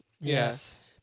Yes